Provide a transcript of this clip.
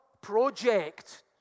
project